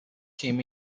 came